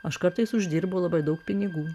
aš kartais uždirbu labai daug pinigų